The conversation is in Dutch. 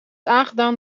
aangedaan